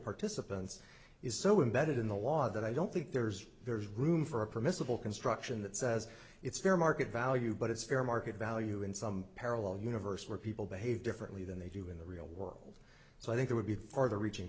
participants is so imbedded in the law that i don't think there's there's room for a permissible construction that says it's fair market value but it's fair market value in some parallel universe where people behave differently than they do in the real world so i think it would be farther reaching